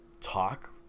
talk